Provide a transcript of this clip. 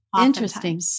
Interesting